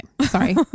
sorry